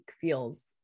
feels